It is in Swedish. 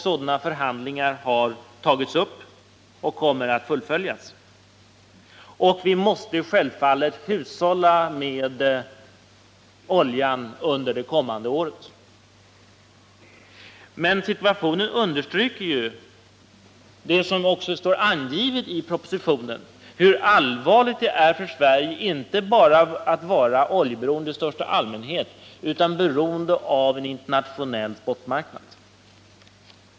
Sådana förhandlingar har även tagits upp och kommer att fullföljas. Vi måste självfallet också hushålla med oljan under det kommande året. Men situationen understryker ju det som också står angivet i propositionen, nämligen hur allvarligt det är för Sverige att vara inte bara oljeberoende i största allmänhet utan också beroende av en internationell spotmarknad.